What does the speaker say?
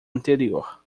anterior